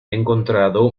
encontrado